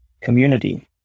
community